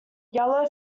yellow